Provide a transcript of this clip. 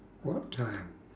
what time